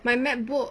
my macbook